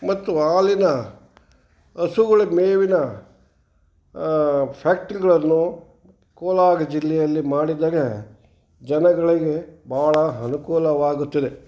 ಮತ್ತು ಹಾಲಿನ ಹಸುಗಳ ಮೇವಿನ ಫ್ಯಾಕ್ಟ್ರಿಗಳನ್ನು ಕೋಲಾರ ಜಿಲ್ಲೆಯಲ್ಲಿ ಮಾಡಿದರೆ ಜನಗಳಗೆ ಭಾಳ ಅನುಕೂಲವಾಗುತ್ತದೆ